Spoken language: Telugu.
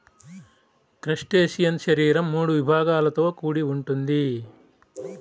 క్రస్టేసియన్ శరీరం మూడు విభాగాలతో కూడి ఉంటుంది